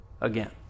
again